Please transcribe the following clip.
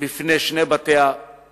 בפני שני בתי-המחוקקים,